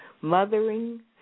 Mothering